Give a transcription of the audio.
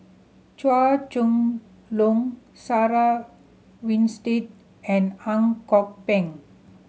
Chua Chong Long Sarah Winstedt and Ang Kok Peng